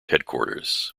headquarters